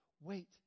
wait